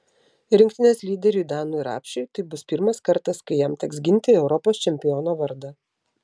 rinktinės lyderiui danui rapšiui tai bus pirmas kartas kai jam teks ginti europos čempiono vardą